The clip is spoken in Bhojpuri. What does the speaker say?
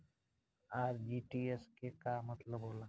आर.टी.जी.एस के का मतलब होला?